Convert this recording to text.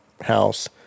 house